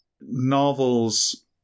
novels